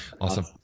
Awesome